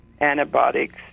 antibiotics